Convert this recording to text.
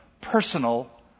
personal